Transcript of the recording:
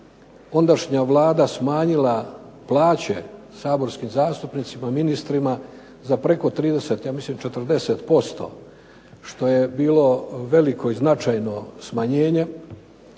ondašnja Vlada smanjila plaće saborskim zastupnicima, ministrima za preko 30 ja mislim 40%, što je bilo veliko i značajno smanjenje.